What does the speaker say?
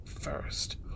first